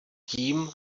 tím